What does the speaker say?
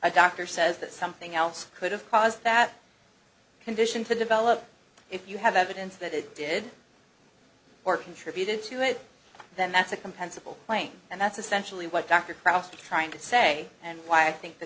a doctor says that something else could have caused that condition to develop if you have evidence that it did or contributed to it then that's a compensable claim and that's essentially what dr krauss trying to say and why i think the